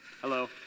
Hello